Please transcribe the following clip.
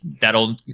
that'll